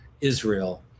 israel